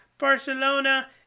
Barcelona